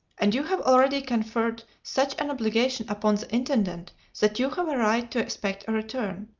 and you have already conferred such an obligation upon the intendant that you have a right to expect a return.